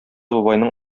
бабайның